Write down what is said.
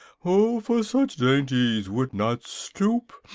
who for such dainties would not stoop?